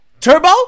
turbo